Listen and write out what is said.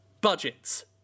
budgets